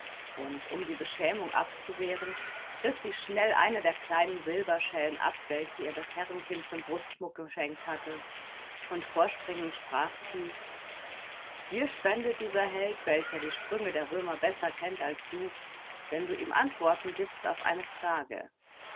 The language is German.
und um die beschämung abzuwehren riß sie schnell eine der kleinen silberschellen ab welche ihr das herrenkind zum brustschmuck geschenkt hatte und vorspringend sprach sie dir spendet dieser held welcher die sprünge der römer besser kennt als du wenn du ihm antwort gibst auf eine frage